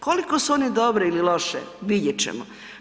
Koliko su one dobre ili loše, vidjet ćemo.